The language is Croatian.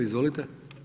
Izvolite.